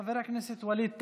חבר הכנסת ווליד טאהא.